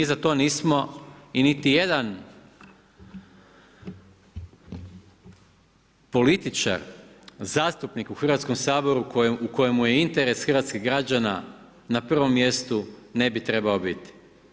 Mi za to nismo i niti jedan političar zastupnik u Hrvatskom saboru, kojemu je interes hrvatskih građana, na prvom mjestu ne bi trebao biti.